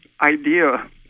idea